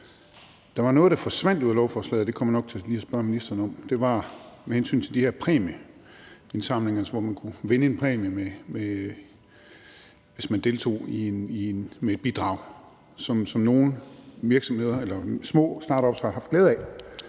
Der var noget, der forsvandt ud af lovforslaget, og det kommer jeg nok til lige at spørge ministeren om. Det var med hensyn til de her præmieindsamlinger, altså hvor man kunne vinde en præmie, hvis man deltog med et bidrag, hvilket nogle virksomheder eller små startups har haft glæde af.